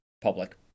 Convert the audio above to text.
public